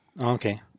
Okay